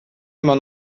immer